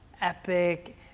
epic